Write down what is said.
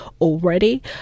already